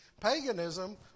paganism